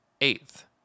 eighth